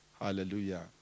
Hallelujah